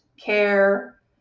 care